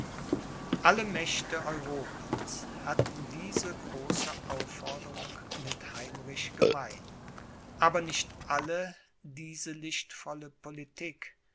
alle mächte europens hatten diese große aufforderung mit heinrich gemein aber nicht alle diese lichtvolle politik